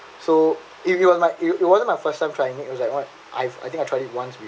so if it was my it wasn't my first time trying it was like what I've I think I've tried it once